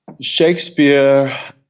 Shakespeare